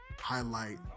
highlight